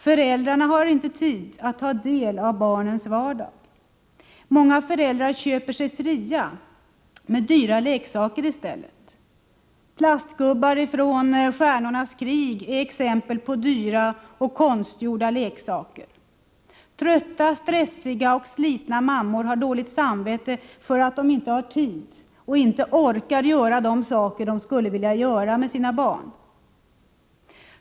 Föräldrarna har inte tid att ta del av barnens vardag. Många föräldrar köper sig fria med dyra leksaker i stället. Plastgubbar från Stjärnornas krig är ett exempel på dyra och ”konstgjorda” leksaker. Trötta, stressade och slitna mammor har dåligt samvete för att de inte har tid och inte orkar göra de saker de skulle vilja göra med sina barn.